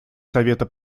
совета